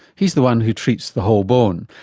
he's the one who treats the whole bone.